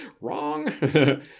Wrong